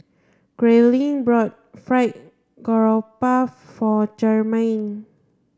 Grayling bought fried Garoupa for Jermain